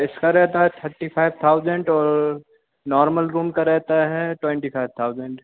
इसका रहता है थर्टी फाइव थाउज़ेंड और नॉर्मल रूम का रहता है ट्वेंटी फाइव थाउज़ेंड